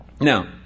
Now